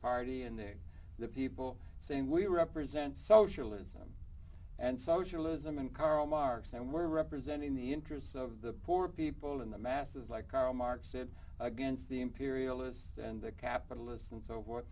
party in there the people saying we represent socialism and socialism and karl marx and were representing the interests of the poor people in the masses like karl marx it against the imperialists and the capitalists and so